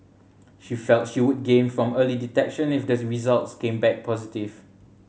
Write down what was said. she felt she would gain from early detection if the results came back positive